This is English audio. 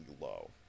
low